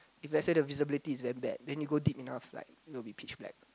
if let's say the visibility is very bad then you go deep enough it will be pitch black